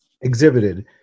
exhibited